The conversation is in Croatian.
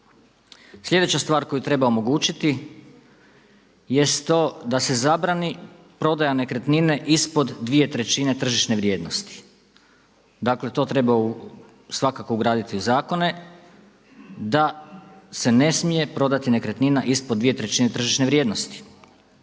Sljedeća stvar koju treba omogućiti jest to da se zabrani prodaja nekretnine ispod dvije trećine tržišne vrijednosti. Dakle to treba svakako ugraditi u zakone da se ne smije prodati nekretnina ispod dvije trećine tržišne vrijednosti.